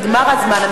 נגמר הזמן.